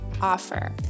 offer